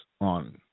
on